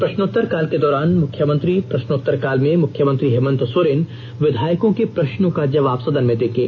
प्रष्नोत्तर काल के दौरान मुख्यमंत्री प्रष्नोत्तर काल में मुख्यमंत्री हेमंत सोरेन विधायकों के प्रष्नों का जवाब सदन में देंगे